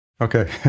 okay